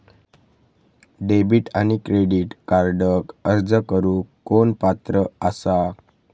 Debit आणि credit कार्डक अर्ज करुक कोण पात्र आसा?